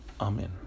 Amen